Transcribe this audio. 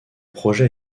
projet